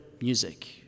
music